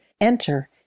enter